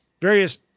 Various